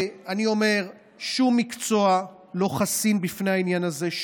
אני אומר ששום מקצוע לא חסין בפני העניין הזה,